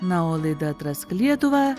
na o laida atrask lietuvą